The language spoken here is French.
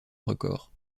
record